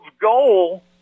goal